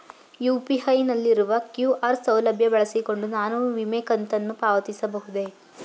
UPI ನಲ್ಲಿರುವ QR ಸೌಲಭ್ಯ ಬಳಸಿಕೊಂಡು ನಾನು ವಿಮೆ ಕಂತನ್ನು ಪಾವತಿಸಬಹುದೇ?